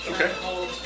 Okay